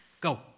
go